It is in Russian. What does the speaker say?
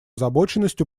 озабоченность